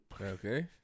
Okay